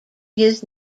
his